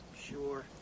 Sure